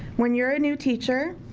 when your a new teacher,